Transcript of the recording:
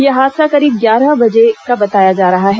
यह हादसा करीब ग्यारह बजे का बताया जा रहा है